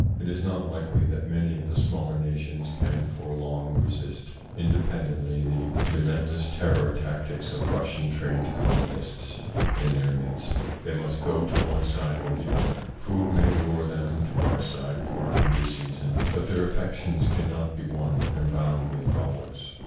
it is not likely that many of the smaller nations can for long resist independently the relentless terror tac tics of russian-trained communists in their midst. they must go to one side or the other. food may lure hcm to our side for a hungry season, but their affections can not be won and bound with dollars.